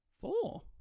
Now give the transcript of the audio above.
Four